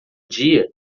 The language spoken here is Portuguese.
dia